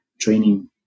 training